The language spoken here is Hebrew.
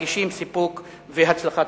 מרגישים סיפוק והצלחה.